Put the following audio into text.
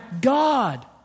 God